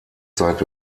zeit